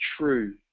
true